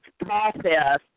process